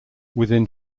within